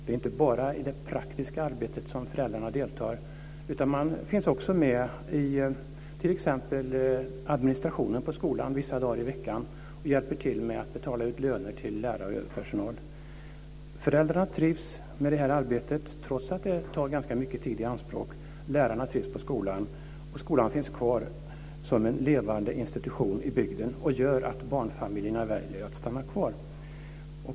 Det är inte bara i det praktiska arbetet som föräldrarna deltar utan de finns också med i t.ex. administrationen på skolan vissa dagar i veckan och hjälper till med att betala ut löner till lärare och övrig personal. Föräldrarna trivs med det här arbetet, trots att det tar ganska mycket tid i anspråk. Lärarna trivs på skolan, och skolan finns kvar som en levande institution i bygden och gör att barnfamiljerna väljer att stanna kvar.